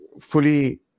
fully